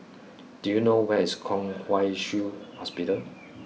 do you know where is Kwong Wai Shiu Hospital